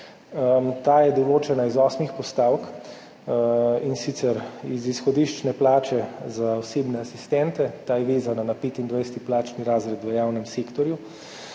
Ta je določena iz osmih postavk, in sicer iz izhodiščne plače za osebne asistente, ta je vezana na 25. plačni razred v javnem sektorju,